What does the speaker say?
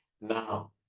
Now